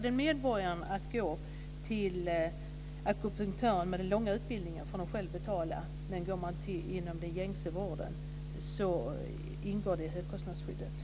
Den medborgare som väljer att gå till akupunktören med den långa utbildningen får själv betala, men i den gängse vården ingår akupunkturbehandling i högkostnadsskyddet.